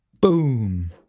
Boom